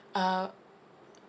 uh